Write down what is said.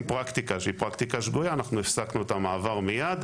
פרקטיקה שהיא שגויה הפסקנו את המעבר מיד.